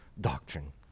doctrine